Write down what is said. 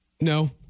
No